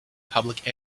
public